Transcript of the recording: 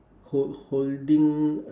hol~ holding